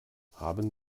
haben